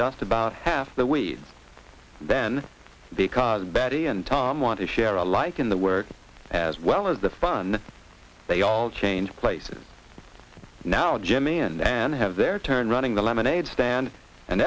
just about half the weeds then because betty and tom want to share alike in the work as well as the fun they all change places now jimmy and then have their turn running the lemonade stand and